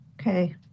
Okay